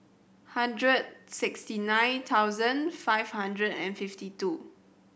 hundred sixty nine thousand five hundred and fifty two